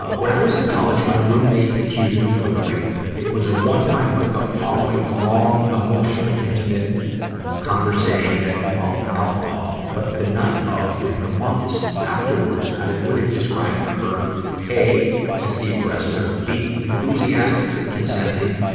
when i was in college, my roommate accused me of rape. it was a one-time hook-up, following a long, emotionally intimate conversation that involved alcohol. but the night of, and for months afterwards, i would have described her a as the aggressor, b enthusiastically consenting,